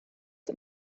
het